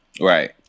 Right